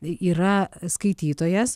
yra skaitytojas